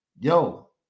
yo